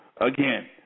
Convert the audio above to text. again